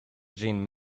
jean